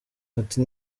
ati